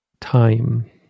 time